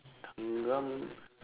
thanggam